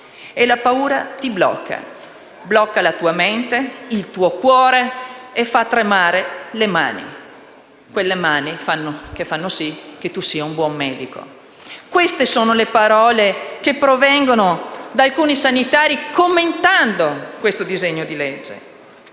E la paura blocca: blocca la mente, il cuore e fa tremare le mani, quelle mani che fanno sì che tu sia un buon medico. Queste sono le parole che provengono da alcuni sanitari commentando questo disegno di legge.